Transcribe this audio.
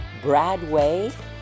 Bradway